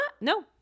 no